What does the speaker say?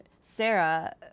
Sarah